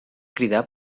cridar